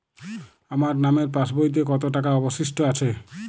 আমার নামের পাসবইতে কত টাকা অবশিষ্ট আছে?